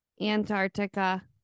antarctica